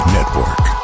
Network